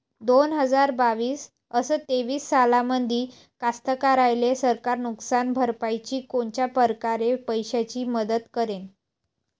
दोन हजार बावीस अस तेवीस सालामंदी कास्तकाराइले सरकार नुकसान भरपाईची कोनच्या परकारे पैशाची मदत करेन?